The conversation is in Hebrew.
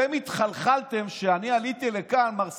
אתם התחלחלתם כשאני עליתי לכאן, מר סגלוביץ',